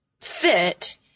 fit